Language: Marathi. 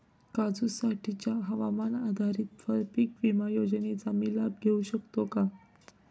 काजूसाठीच्या हवामान आधारित फळपीक विमा योजनेचा मी लाभ घेऊ शकतो का?